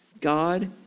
God